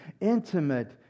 intimate